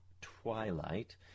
twilight